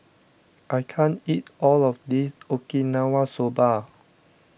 I can't eat all of this Okinawa Soba